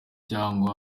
cyangwa